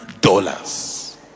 dollars